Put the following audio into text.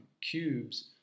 cubes